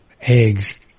eggs